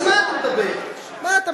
אז בוא, בוא.